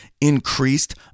increased